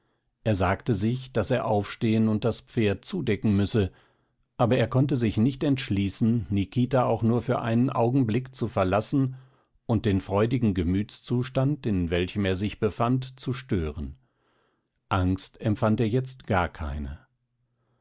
er sagte sich daß er aufstehen und das pferd zudecken müsse aber er konnte sich nicht entschließen nikita auch nur für einen augenblick zu verlassen und den freudigen gemütszustand in welchem er selbst sich befand zu stören angst empfand er jetzt gar keine